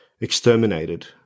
exterminated